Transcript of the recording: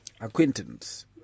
acquaintance